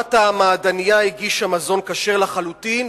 בעלת המעדנייה הגישה מזון כשר לחלוטין,